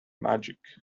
magic